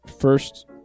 first